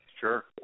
Sure